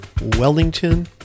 Wellington